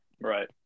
Right